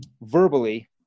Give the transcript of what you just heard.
verbally